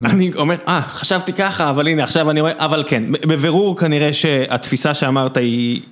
אני אומר, אה, חשבתי ככה, אבל הנה, עכשיו אני רואה, אבל כן, בבירור כנראה שהתפיסה שאמרת היא...